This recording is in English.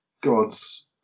God's